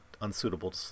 unsuitable